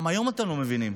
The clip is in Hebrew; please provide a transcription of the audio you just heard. גם היום אתם לא מבינים.